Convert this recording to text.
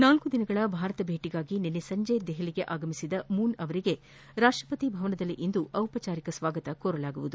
ನಾಲ್ಕು ದಿನಗಳ ಭಾರತ ಭೇಟಿಗಾಗಿ ನಿನ್ನೆ ಸಂಜೆ ದೆಹಲಿಗೆ ಆಗಮಿಸಿದ ಮೂನ್ ಅವರಿಗೆ ರಾಷ್ವಪತಿ ಭವನದಲ್ಲಿ ಇಂದು ಔಪಚಾರಿಕ ಸ್ವಾಗತ ಕೋರಲಾಗುವುದು